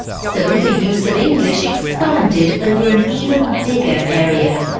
so the use of english expanded over an even bigger area.